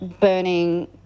burning